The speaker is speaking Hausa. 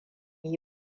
yi